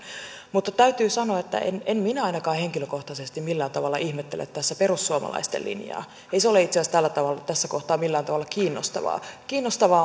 mutta täytyy sanoa että en en minä ainakaan henkilökohtaisesti millään tavalla ihmettele tässä perussuomaisten linjaa ei se ole itse asiassa tässä kohtaa millään tavalla kiinnostavaa kiinnostavaa